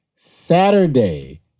Saturday